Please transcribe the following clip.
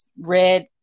red